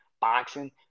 boxing